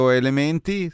elementi